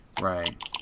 Right